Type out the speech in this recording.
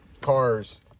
Cars